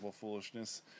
Foolishness